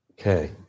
Okay